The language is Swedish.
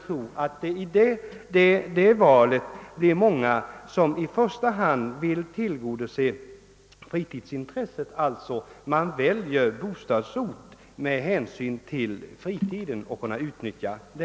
Vid det valet tror jag att möjligheterna att utnyttja fritiden ofta kommer att vara utslagsgivande.